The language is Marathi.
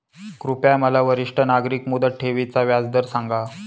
कृपया मला वरिष्ठ नागरिक मुदत ठेवी चा व्याजदर सांगा